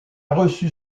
reçu